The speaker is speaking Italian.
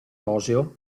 roseo